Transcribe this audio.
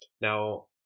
Now